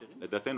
לדעתנו,